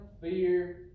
Fear